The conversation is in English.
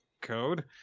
code